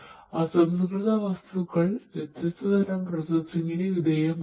അസംസ്കൃത വസ്തുക്കൾ വ്യത്യസ്ത തരം പ്രോസസ്സിംഗിന് വിധേയമാകുന്നു